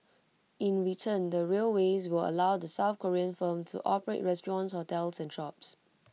in return the railways will allow the south Korean firm to operate restaurants hotels and shops